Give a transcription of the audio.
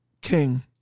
king